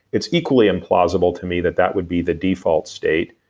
it's equally implausible to me that that would be the default state,